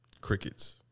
Crickets